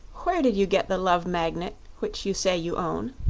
where did you get the love magnet which you say you own?